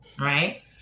right